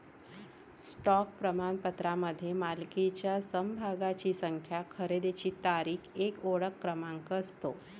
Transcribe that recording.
stock प्रमाणपत्रामध्ये मालकीच्या समभागांची संख्या, खरेदीची तारीख, एक ओळख क्रमांक असतो